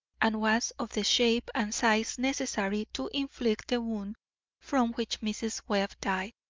and was of the shape and size necessary to inflict the wound from which mrs. webb died.